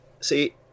see